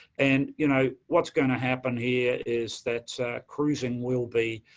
and, you know, what's going to happen here is that cruising will be.